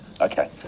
Okay